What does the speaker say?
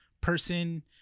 person